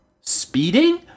speeding